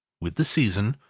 with the season,